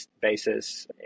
basis